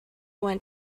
want